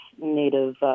Native